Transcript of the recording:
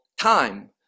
time